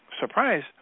surprise